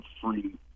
free